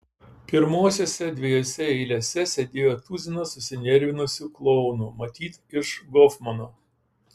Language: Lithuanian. pirmosiose dviejose eilėse sėdėjo tuzinas susinervinusių klounų matyt iš gofmano